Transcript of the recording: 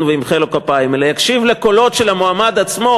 וימחא לו כפיים אלא יקשיב לקולות של המועמד עצמו,